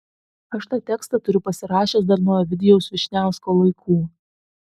aš tą tekstą turiu pasirašęs dar nuo ovidijaus vyšniausko laikų